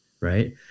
Right